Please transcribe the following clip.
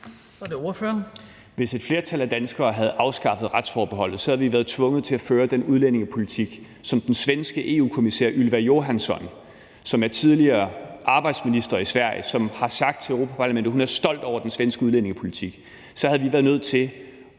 Hvis et flertal af danskerne havde afskaffet retsforbeholdet, havde vi været tvunget til at føre den udlændingepolitik, som den svenske EU-kommissær Ylva Johansson, som er tidligere arbejdsminister i Sverige, har sagt til Europa-Parlamentet at hun er stolt over – hun er stolt over den svenske udlændingepolitik. Så havde vi været nødt til at